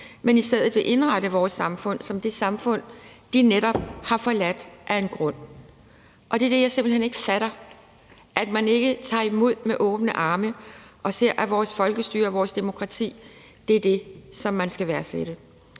som i stedet vil indrette vores samfund som det samfund, de netop har forladt af en grund. Det er det, jeg simpelt hen ikke fatter, altså at man ikke tager imod med åbne arme og ser, at vores folkestyre, vores demokrati, er det, som man skal værdsætte.